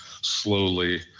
slowly